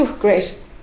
great